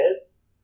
kids